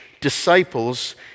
disciples